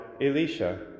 Elisha